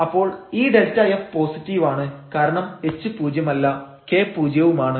അപ്പോൾ ഈ Δf പോസിറ്റീവാണ് കാരണം h പൂജ്യം അല്ല k പൂജ്യവുമാണ്